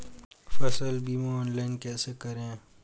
फसल बीमा ऑनलाइन कैसे करें?